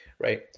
Right